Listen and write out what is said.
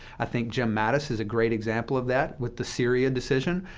i think jim mattis is a great example of that, with the syria decision.